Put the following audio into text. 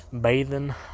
bathing